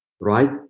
right